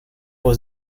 aux